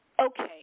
Okay